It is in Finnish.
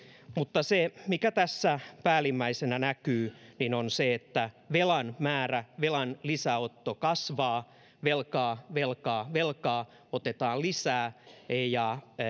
mutta se mikä tässä päällimmäisenä näkyy niin on se että velan määrä velan lisäotto kasvaa velkaa velkaa velkaa otetaan lisää eikä